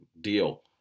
deal